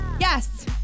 Yes